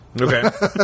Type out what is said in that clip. Okay